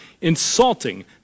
insulting